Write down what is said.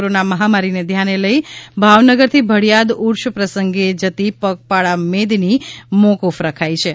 corona મહામારીને ધ્યાને લઇ ભાવનગર થી ભડીયાદ ઉર્ષ પ્રસંગે જતી પગપાળા મેદની મોકુફ રખાઇ છી